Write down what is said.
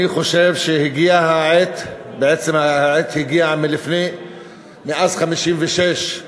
אני חושב שהגיעה העת, בעצם, העת הגיעה מאז 1956,